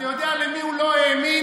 אתה יודע למי הוא לא האמין?